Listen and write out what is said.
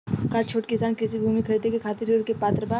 का छोट किसान कृषि भूमि खरीदे के खातिर ऋण के पात्र बा?